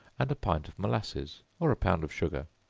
and a pint of molasses, or a pound of sugar